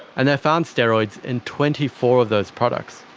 and they found steroids in twenty four of those products.